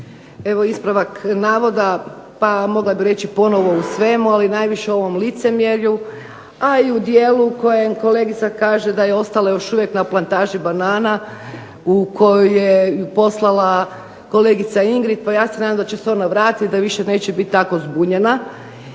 Evo ispravak navoda pa mogla bih reći ponovno u svemu, ali najviše o ovom licemjerju, a i u dijelu kojem kolegica kaže da je ostala još uvijek na plantaži banana u koju ju je poslala kolegica Ingrid. Pa ja se nadam da će se ona vratiti, da više neće biti tako zbunjena